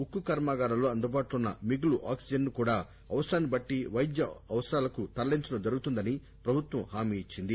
ఉక్కు కర్మాగారాల్లో అందుబాటులో ఉన్న మిగులు ఆక్సిజన్ ను కూడా అవసరాన్ని బట్టి వైద్య అవసరాలకు తరలించడం జరుగుతుందని ప్రభుత్వం హామినిచ్చింద